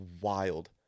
wild